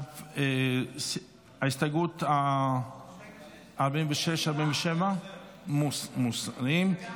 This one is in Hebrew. הסתייגות 46, 47, מוסרות.